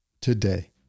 today